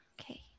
Okay